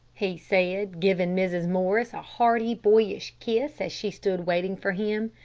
he said, giving mrs. morris a hearty, boyish kiss, as she stood waiting for him.